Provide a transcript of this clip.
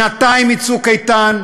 שנתיים מ"צוק איתן",